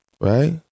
Right